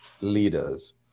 leaders